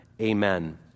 amen